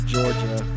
Georgia